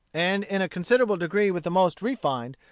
and in a considerable degree with the most refined,